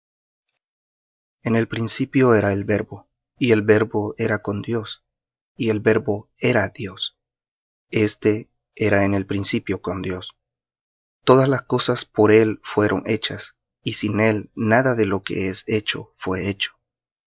en el principio era el verbo y el verbo era con dios y el verbo era dios este era en el principio con dios todas las cosas por él fueron hechas y sin él nada de lo que es hecho fué hecho